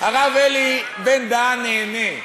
הרב אלי בן-דהן נהנה,